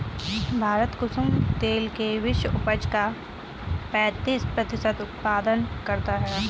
भारत कुसुम तेल के विश्व उपज का पैंतीस प्रतिशत उत्पादन करता है